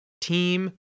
team